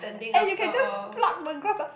and you can just pluck the grass ah